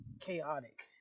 chaotic